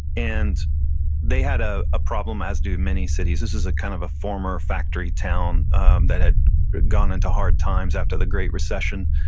and they had ah a problem as do many cities. this is kind of a former factory town um that had gone into hard times after the great recession.